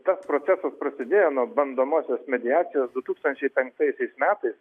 tas procesas prasidėjo nuo bandomosios mediacijos du tūkstančiai penktaisiais metais